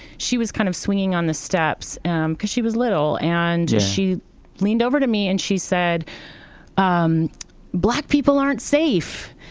she was kind of swinging on the steps and because she was little. and she leaned over to me. and she said um black people aren't safe.